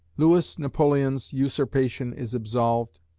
louis napoleon's usurpation is absolved,